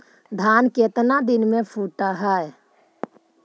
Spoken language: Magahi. धान केतना दिन में फुट है?